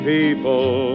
People